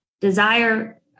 desire